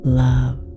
love